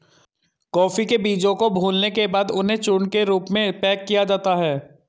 coffee के बीजों को भूलने के बाद उन्हें चूर्ण के रूप में पैक किया जाता है